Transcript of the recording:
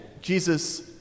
Jesus